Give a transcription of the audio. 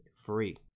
Free